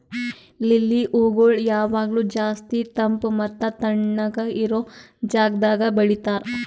lily ಹೂಗೊಳ್ ಯಾವಾಗ್ಲೂ ಜಾಸ್ತಿ ತಂಪ್ ಮತ್ತ ತಣ್ಣಗ ಇರೋ ಜಾಗದಾಗ್ ಬೆಳಿತಾರ್